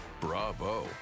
Bravo